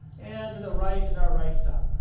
and to the right is our right stop.